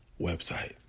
website